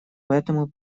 поэтому